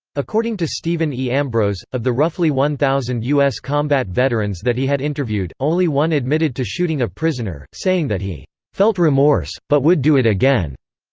according to stephen e. ambrose, of the roughly one thousand us combat veterans that he had interviewed, only one admitted to shooting a prisoner, saying that he felt remorse, but would do it again.